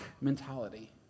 mentality